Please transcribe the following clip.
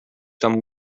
tam